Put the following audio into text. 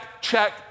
check